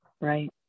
Right